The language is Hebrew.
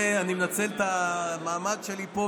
אני מנצל את המעמד שלי פה,